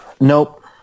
Nope